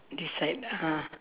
this side uh